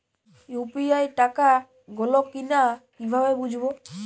UPI টাকা গোল কিনা কিভাবে বুঝব?